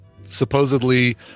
supposedly